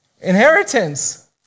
Inheritance